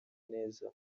neza